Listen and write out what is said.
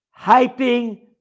hyping